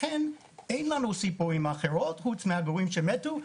לכן אין לנו ציפורים אחרות חוץ מעגורים שמתו,